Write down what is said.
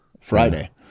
Friday